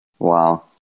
Wow